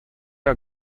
are